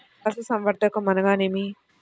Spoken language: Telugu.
పశుసంవర్ధకం అనగానేమి?